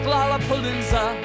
Lollapalooza